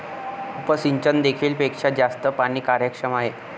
उपसिंचन देखील पेक्षा जास्त पाणी कार्यक्षम आहे